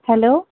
hello